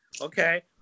Okay